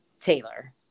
Taylor